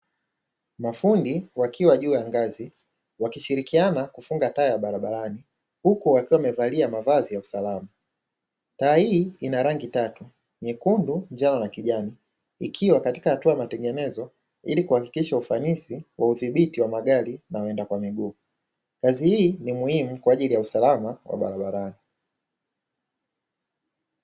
Mafundi wakiwa juu ya ngazi, wakishirikiana kufunga taa ya barabarani, huku wakiwa wamevalia mavazi ya usalama. Taa hii ina rangi tatu, nyekundu, njano, na kijani, ikiwa katika hatua ya matengenezo ili kuhakikisha ufanisi wa udhibiti wa magari, na waenda kwa miguu. Kazi hii ni muhimu kwa ajili ya usalama wa barabarani.